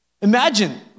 Imagine